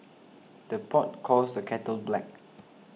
the pot calls the kettle black